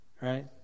right